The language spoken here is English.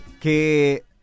que